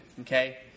okay